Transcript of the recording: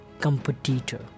competitor